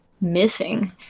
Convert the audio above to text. missing